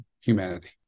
humanity